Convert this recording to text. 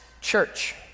church